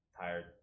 tired